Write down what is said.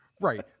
right